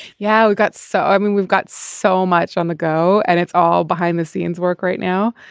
yeah we've got so i mean we've got so much on the go and it's all behind the scenes work right now.